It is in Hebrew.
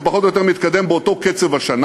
זה מתקדם פחות או יותר באותו קצב השנה,